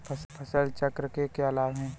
फसल चक्र के क्या लाभ हैं?